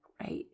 Right